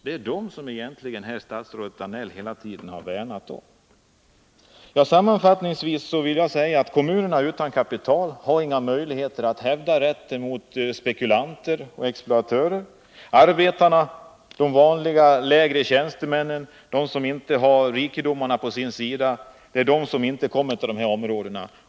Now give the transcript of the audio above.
Det är egentligen dem statsrådet Danell här hela tiden har värnat om. 18 december 1979 Sammanfattningsvis vill jag säga att kommuner utan kapital har inga möjligheter att hävda rätten mot spekulanter och exploatörer. Arbetarna, de Om stugbyverk vanliga lägre tjänstemännen, de som inte har rikedomarna på sin sida kommer inte till dessa områden.